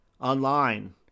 online